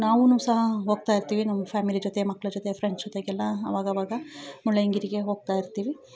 ನಾವೂ ಸಹ ಹೋಗ್ತಾ ಇರ್ತೀವಿ ನಮ್ಮ ಫ್ಯಾಮಿಲಿ ಜೊತೆ ಮಕ್ಳ ಜೊತೆ ಫ್ರೆಂಡ್ ಜೊತೆಗೆಲ್ಲ ಆವಾಗಾವಾಗ ಮುಳ್ಳಯ್ಯನಗಿರಿಗೆ ಹೋಗ್ತಾ ಇರ್ತೀವಿ